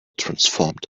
transformed